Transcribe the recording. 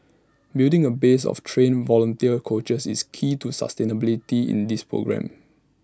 building A base of trained volunteer coaches is key to the sustainability in this programme